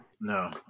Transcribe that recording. No